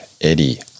Eddie